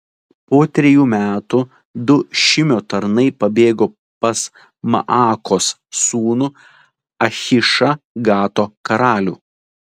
po trejų metų du šimio tarnai pabėgo pas maakos sūnų achišą gato karalių